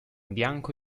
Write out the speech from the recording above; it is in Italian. bianco